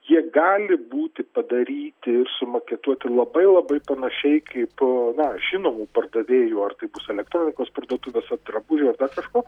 jie gali būti padaryti ir sumaketuoti labai labai panašiai kaip na žinomų pardavėjų ar tai bus elektronikos parduotuvės ar drabužių ar dar kažko